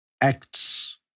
acts